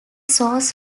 source